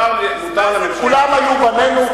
כולם היו בנינו,